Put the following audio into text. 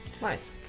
nice